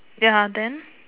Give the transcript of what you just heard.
ya then